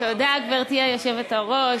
תודה, גברתי היושבת-ראש.